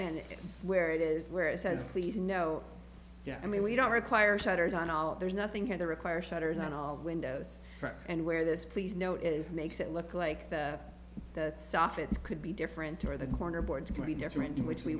and where it is where it says please no yeah i mean we don't require shutters on all there's nothing here they require shutters on all windows and where this please note is makes it look like that softens could be different or the corner board to be different in which we